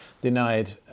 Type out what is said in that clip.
denied